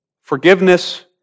Forgiveness